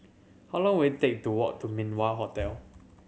how long will it take to walk to Min Wah Hotel